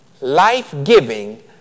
life-giving